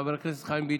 חבר הכנסת חיים ביטון,